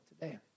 today